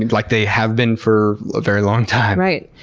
and like they have been for a very long time. right.